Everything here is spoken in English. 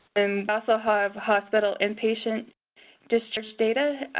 um also have hospital inpatient discharge data.